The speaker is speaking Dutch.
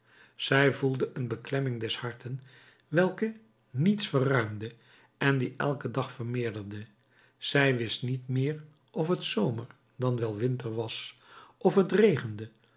zij voelde een beklemming des harten welke niets verruimde en die elken dag vermeerderde zij wist niet meer of het zomer dan wel winter was of het regende